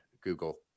Google